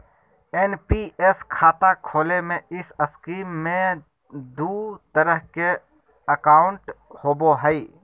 NPS खाता खोले में इस स्कीम में दू तरह के अकाउंट होबो हइ